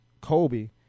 Kobe